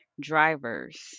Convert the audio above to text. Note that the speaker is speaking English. drivers